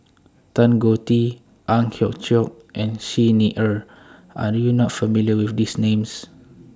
Tan Choh Tee Ang Hiong Chiok and Xi Ni Er Are YOU not familiar with These Names